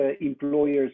employers